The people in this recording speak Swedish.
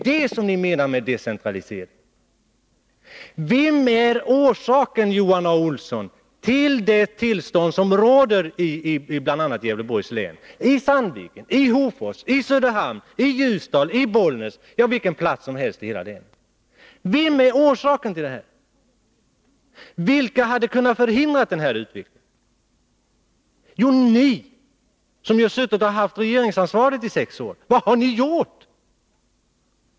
Vad är orsaken, Johan Olsson, till det tillstånd som råder i bl.a. Gävleborgs län — Sandviken, Hofors, Söderhamn, Ljusdal, Bollnäs, ja, vilken plats som helst i hela länet? Vad är orsaken till detta? Vilka hade kunnat förhindra denna utveckling? Jo, ni, som ju har haft regeringsansvaret i sex år. Vad har ni gjort?